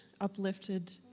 uplifted